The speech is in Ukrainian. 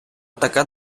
така